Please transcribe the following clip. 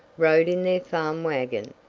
rode in their farm wagon.